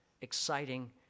exciting